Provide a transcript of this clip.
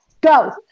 Go